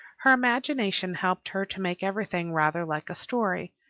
her imagination helped her to make everything rather like a story,